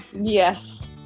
yes